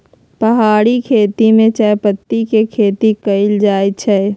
पहारि खेती में चायपत्ती के खेती कएल जाइ छै